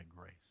grace